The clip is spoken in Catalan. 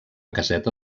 caseta